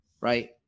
right